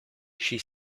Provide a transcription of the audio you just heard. she